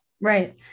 Right